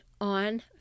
on